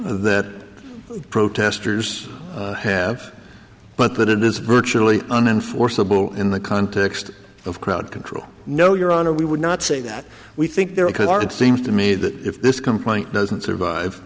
that protesters have but that is virtually unenforceable in the context of crowd control no your honor we would not say that we think they're a card seems to me that if this complaint doesn't survive